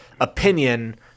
opinion